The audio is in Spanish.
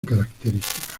característica